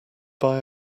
buy